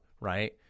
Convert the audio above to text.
right